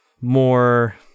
more